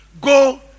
Go